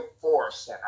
force